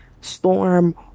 storm